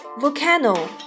Volcano